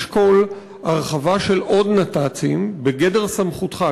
לשקול הרחבה של עוד נת"צים בגדר סמכותך.